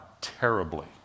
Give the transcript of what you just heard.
terribly